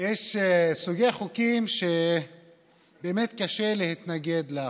יש סוגי חוקים שקשה להתנגד להם,